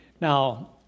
Now